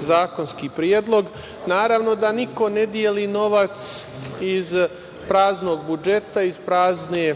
zakonski predlog. Naravno da niko ne deli novac iz praznog budžeta, iz prazne